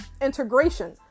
integration